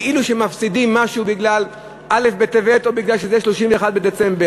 כאילו שמפסידים משהו בגלל א' בטבת או בגלל שזה 31 בדצמבר.